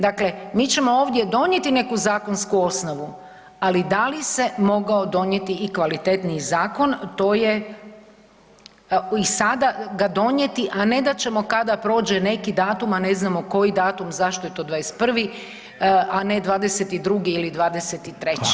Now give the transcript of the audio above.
Dakle, mi ćemo ovdje donijeti neku zakonsku osnovu, ali da li se mogao donijeti i kvalitetniji zakon to je, i sada ga donijeti, a ne da ćemo kada prođe neki datum, a ne znamo koji datum, zašto je to 21., a ne 22. ili 23.